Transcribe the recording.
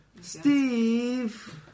Steve